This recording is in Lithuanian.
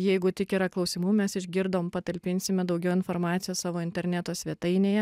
jeigu tik yra klausimų mes išgirdom patalpinsime daugiau informacijos savo interneto svetainėje